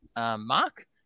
mark